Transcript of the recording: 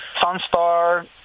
Sunstar